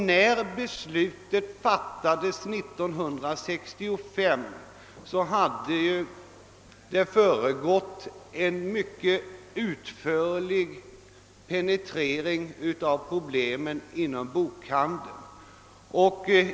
När beslutet fattades år 1965 hade det föregåtts av en mycket utförlig penetrering av bokhandelns problem.